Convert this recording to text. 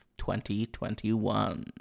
2021